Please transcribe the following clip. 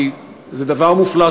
כי זה דבר מופלא,